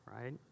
right